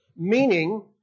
meaning